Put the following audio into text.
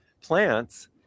plants